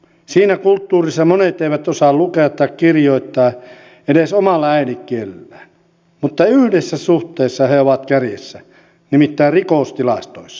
siinä kulttuurissa monet eivät osaa lukea tai kirjoittaa edes omalla äidinkielellään mutta yhdessä suhteessa he ovat kärjessä nimittäin rikostilastoissa